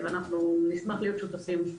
נשמח להיות שותפים.